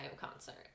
concert